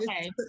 okay